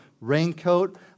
raincoat